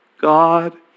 God